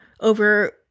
over